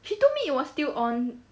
she told me it was still on